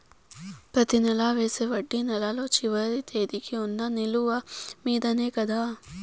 ప్రతి నెల వేసే వడ్డీ నెలలో చివరి తేదీకి వున్న నిలువ మీదనే కదా?